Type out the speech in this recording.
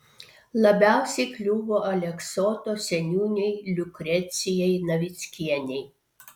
labiausiai kliuvo aleksoto seniūnei liukrecijai navickienei